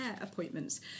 appointments